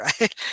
right